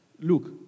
Look